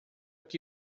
que